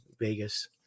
Vegas